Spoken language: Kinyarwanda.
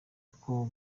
uko